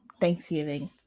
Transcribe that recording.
thanksgiving